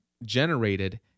generated